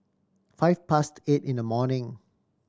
five past eight in the morning